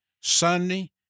Sunday